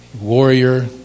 warrior